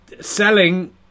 selling